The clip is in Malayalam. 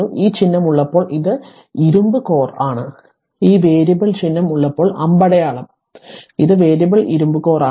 ഈ ചിഹ്നം ഉള്ളപ്പോൾ അത് ഇരുമ്പ് കോർ ആണ് ഈ വേരിയബിൾ ചിഹ്നം ഉള്ളപ്പോൾ അമ്പടയാളം ഇത് വേരിയബിൾ ഇരുമ്പ് കോർ ആണ്